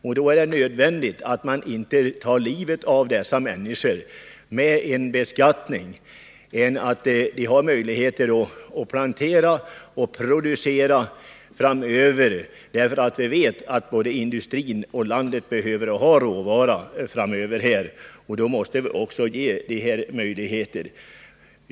Därför är det nödvändigt att man inte ”tar livet” av dessa människor med en beskattning utan att de får möjlighet att behålla en del pengar för att plantera och producera. Vi vet att både landet i sin helhet och industrin behöver råvara, och därför måste vi ge skogsägarna möjligheter att förnya skogen.